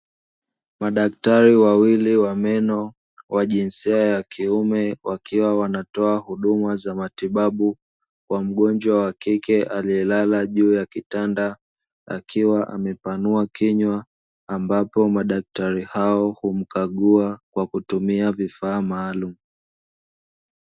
Madaktari wawili wa meno wa jinsia ya kiume, wakiwa wanatoa huduma za matibabu. Kwa mgonjwa wa kike aliyelala juu ya kitanda, akiwa amepanua kinywa. Ambapo madaktari hao humkagua kwa kutumia vifaa maalumu.